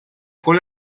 cola